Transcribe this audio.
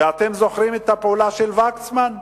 אתם זוכרים את הפעולה של וקסמן,